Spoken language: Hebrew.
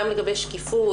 גם לגבי שקיפות,